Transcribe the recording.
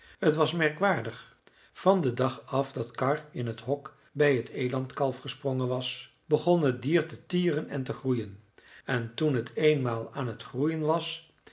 t was merkwaardig van den dag af dat karr in het hok bij het elandkalf gesprongen was begon het dier te tieren en te groeien en toen het eenmaal aan het groeien was